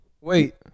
Wait